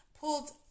pulled